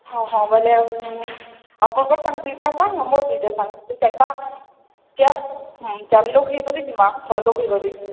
ହଁ ହଁ ବୋଇଲେ ଆପଣଙ୍କର ସାଙ୍ଗ ଦୁଇଟା ସାଙ୍ଗ ମୋର ଦୁଇଟା ସାଙ୍ଗ ଚାରିଟା ଚାର ଚାର ଲୋକ ହେଇକରି ଜିମା ଛଅ ଲୋକ ହେଇକରି